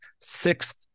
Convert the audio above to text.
sixth